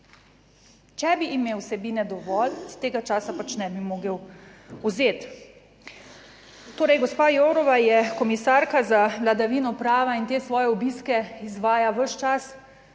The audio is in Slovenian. Če bi imel vsebine dovolj, tega časa ne bi mogel vzeti. Torej, gospa Jourová je komisarka za vladavino prava in te svoje obiske izvaja ves